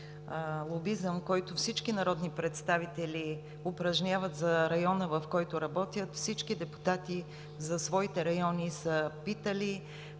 лобизъм, който всички народни представители упражняват за района, в който работят, всички депутати за своите райони са питали,